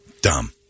Dumb